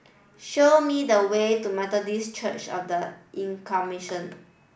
show me the way to Methodist Church Of The Incarnation